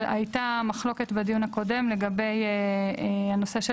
הייתה מחלוקת בדיון הקודם לגבי הנושא של